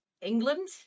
England